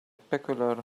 peculiar